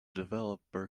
developer